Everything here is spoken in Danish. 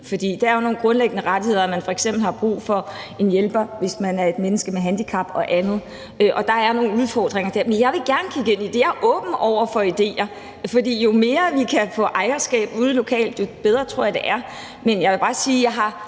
For der er jo nogle grundlæggende rettigheder, når man f.eks. har brug for en hjælper, hvis man er et menneske med handicap, og andet. Der er nogle udfordringer dér. Men jeg vil gerne kigge på det. Jeg er åben over for idéer, for jo mere vi kan skabe ejerskab ude lokalt, jo bedre tror jeg det er. Men jeg vil bare sige, at jeg også